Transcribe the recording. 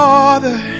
Father